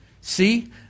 See